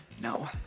No